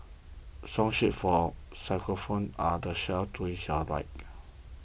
song sheets for xylophones are on the shelf to right